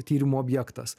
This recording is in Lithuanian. tyrimo objektas